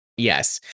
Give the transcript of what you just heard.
Yes